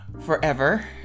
forever